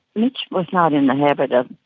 mitch was not in the habit of,